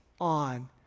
on